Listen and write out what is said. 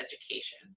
education